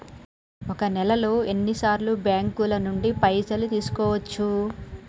ఒక నెలలో ఎన్ని సార్లు బ్యాంకుల నుండి పైసలు తీసుకోవచ్చు?